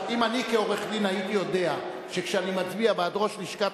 אם אני כעורך-דין הייתי יודע שכשאני מצביע בעד ראש לשכת